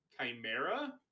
Chimera